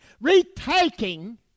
retaking